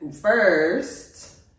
first